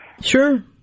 Sure